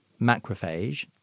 macrophage